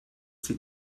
sie